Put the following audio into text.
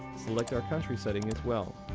select our country setting as well.